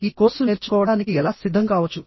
ఈ కోర్సు నేర్చుకోవడానికి మీరు ఎలా సిద్ధం కావచ్చు